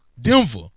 Denver